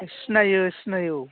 सिनायो सिनायो औ